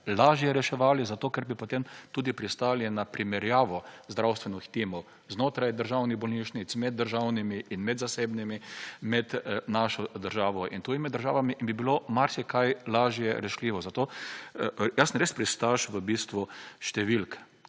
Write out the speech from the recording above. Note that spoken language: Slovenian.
lažje reševali zato, ker bi potem tudi pristali na primerjavo zdravstvenih teamov znotraj državnih bolnišnic, med državnimi in med zasebnimi, med našo državo in tujimi državami in bi bilo marsikaj lažje rešljivo. Zato jaz sem res pristaš v bistvu številk.